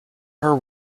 her